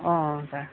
অঁ ছাৰ